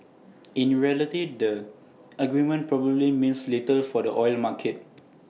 in reality the agreement probably means little for the oil market